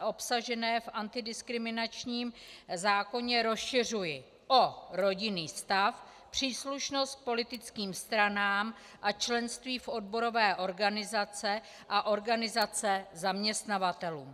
obsažené v antidiskriminačním zákoně, rozšiřuji o rodinný stav, příslušnost k politickým stranám a členství v odborové organizaci a organizace zaměstnavatelů.